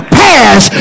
pass